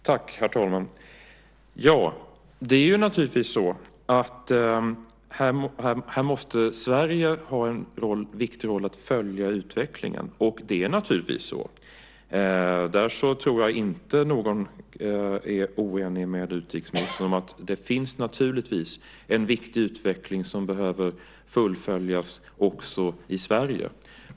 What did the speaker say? Herr talman! Här har Sverige naturligtvis en viktig roll då det gäller att följa utvecklingen. Jag tror inte att någon är oenig med utrikesministern om att det givetvis är viktigt att även fullfölja den utveckling som finns i Sverige.